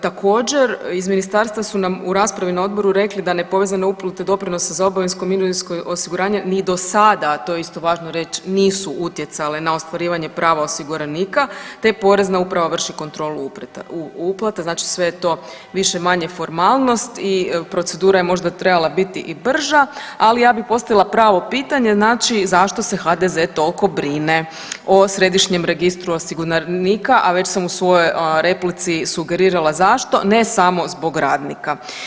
Također, iz Ministarstva su nam u raspravi na Odboru rekli da nepovezane uplate doprinosa za obavezno mirovinsko osiguranje ni do sada, to je isto važno reći, nisu utjecale na ostvarivanje prava osiguranika te Porezna uprava vrši kontrolu uplata, znači sve je to više-manje formalnost i procedura je možda trebala biti i brža, ali ja bih postavila pravo pitanje, znači zašto se HDZ toliko brine o Središnjem registru osiguranika, a već sam u svojoj replici sugerirala zašto, ne samo zbog radnika.